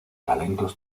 talentos